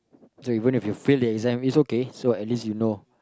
it's like even if you have fail the exam it's okay so at least you know